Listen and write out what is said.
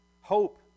Hope